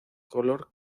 color